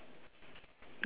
ya